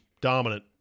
Dominant